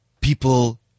people